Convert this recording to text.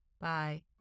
Bye